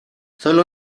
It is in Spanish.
sólo